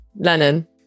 lennon